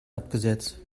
abgesetzt